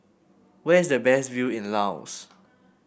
where is the best view in Laos